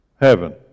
heaven